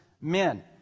men